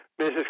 Mrs